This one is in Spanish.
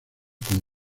como